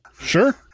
Sure